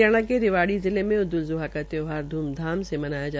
हरियाणा के रेवाड़ी जिले में ईद उल् ज़ुहा का त्यौहार धूमधाम से मनाया गया